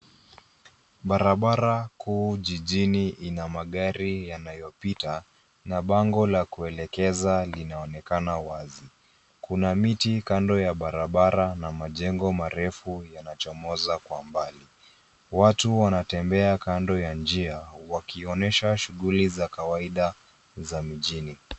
Barabara kuu jijini ina magari yanayopita na bango la kuelekeza linaonekana wazi. Kuna miti kando ya barabara na majengo marefu yanachomoza kwa mbali. Watu wanatembea kando ya njia wakionyesha shughuli za kawaida za mijini.